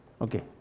okay